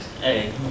Hey